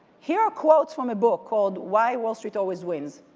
here are quotes from a book called, why wall street always wins.